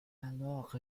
alors